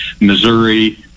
Missouri